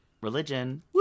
Religion